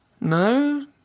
No